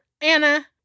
Anna